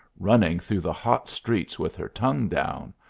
running through the hot streets with her tongue down,